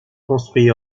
construit